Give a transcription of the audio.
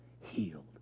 healed